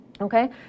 Okay